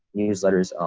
newsletters,